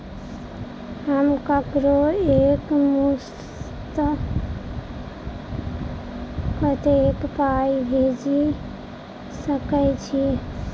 हम ककरो एक मुस्त कत्तेक पाई भेजि सकय छी?